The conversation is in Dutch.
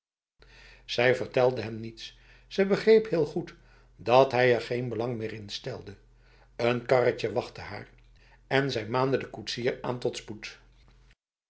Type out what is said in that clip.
zij vertelde hem niets ze begreep heel goed dat hij er geen belang meer in stelde een karretje wachtte haar en zij maande de koetsier aan tot spoed